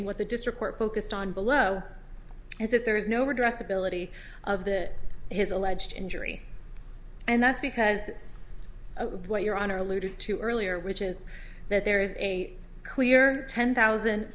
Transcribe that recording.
in what the district court focused on below is that there is no redress ability of the his alleged injury and that's because of what your honor alluded to earlier which is that there is a clear ten thousand